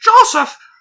Joseph